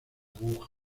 aguas